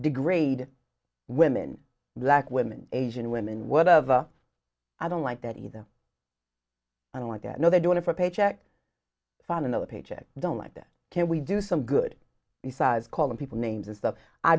degrade women black women asian women whatever i don't like that either i don't like that no they're doing it for a paycheck find another paycheck don't like that can we do some good besides calling people names